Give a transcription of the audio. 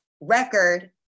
Record